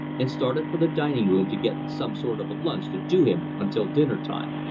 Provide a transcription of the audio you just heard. and started for the dining-room to get some sort of a lunch to do him until dinner time.